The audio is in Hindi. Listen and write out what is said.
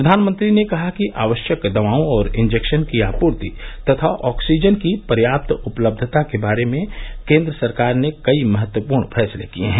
प्रधानमंत्री ने कहा कि आवश्यक दवाओं और इंजेक्शन की आपूर्ति तथा ऑक्सीजन की पर्याप्त उपलब्धता के बारे में केन्द्र सरकार ने कई महत्वपूर्ण फैसले किये हैं